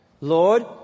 Lord